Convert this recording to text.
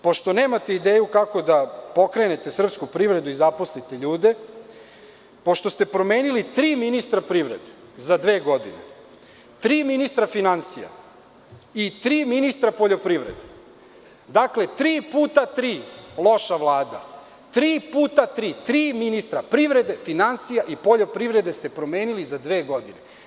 Pošto nemate ideju kako da pokrenete srpsku privredu i zaposlite ljude, pošto ste promenili tri ministra privrede za dve godine, tri ministra finansija i tri ministra poljoprivrede, dakle, tri puta tri loša Vlada, tri puta tri, tri ministra privrede, finansija i poljoprivrede ste promenili za dve godine.